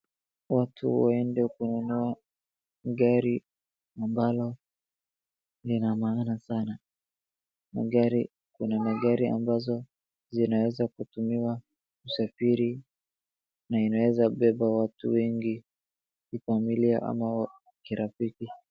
Watu huenda kununua gari ambalo lina maana sana. Gari kuna magari ambazo zinaweza kutumiwa kusafiri na inaweza beba watu wengi kifamilia ama kirafiki.